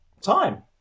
time